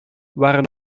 waren